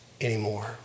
anymore